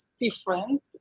different